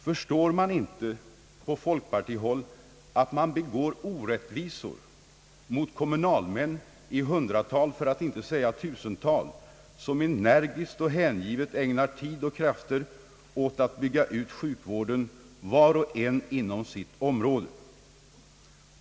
Förstår man inte inom folkpartiet att man begår orättvisor mot kommunalmän i hundratal för att inte säga tusental, vilka energiskt och hängivet ägnar tid och krafter åt att bygga ut sjukvården, var och en inom sitt område.